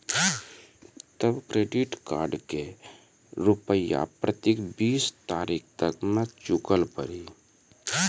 तब credit card के रूपिया प्रतीक बीस तारीख तक मे चुकल पड़ी?